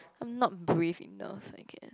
I'm not brave enough I guess